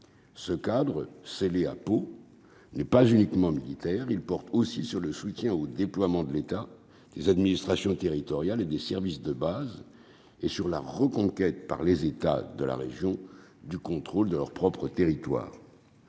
ce cadre à Pau n'est pas uniquement militaire, il porte aussi sur le soutien au déploiement de l'État, les administrations territoriales et des services de base et sur la reconquête par les États de la région du contrôle de leur propre territoire.